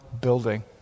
building